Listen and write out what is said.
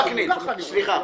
וקנין, סליחה.